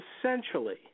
essentially